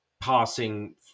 passing